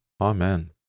Amen